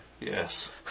Yes